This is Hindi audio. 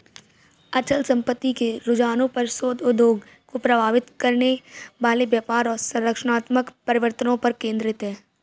अचल संपत्ति के रुझानों पर शोध उद्योग को प्रभावित करने वाले व्यापार और संरचनात्मक परिवर्तनों पर केंद्रित है